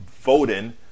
voting